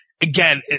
again